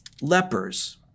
lepers